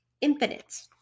Infinite